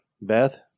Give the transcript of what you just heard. Beth